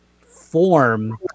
form